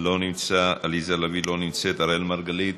לא נמצא, עליזה לביא, לא נמצאת, אראל מרגלית,